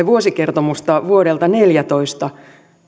vuosikertomusta vuodelta neljätoista